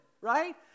right